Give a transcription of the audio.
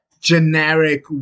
generic